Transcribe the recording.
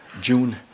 June